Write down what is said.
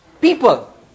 people